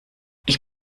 ich